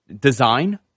design